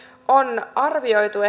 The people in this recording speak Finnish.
on arvioitu